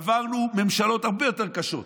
עברנו ממשלות הרבה יותר קשות.